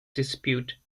dispute